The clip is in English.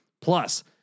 Plus